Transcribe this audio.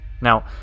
Now